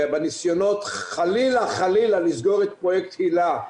בניסיונות חלילה לסגור את פרויקט היל"ה,